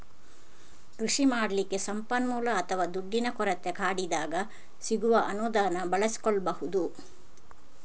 ಕೃಷಿ ಮಾಡ್ಲಿಕ್ಕೆ ಸಂಪನ್ಮೂಲ ಅಥವಾ ದುಡ್ಡಿನ ಕೊರತೆ ಕಾಡಿದಾಗ ಸಿಗುವ ಅನುದಾನ ಬಳಸಿಕೊಳ್ಬಹುದು